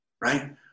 Right